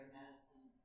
medicine